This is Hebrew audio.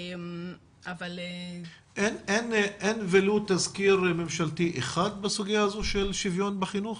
אבל --- אין ולו תזכיר ממשלתי אחד בסוגיה הזו של שוויון בחינוך?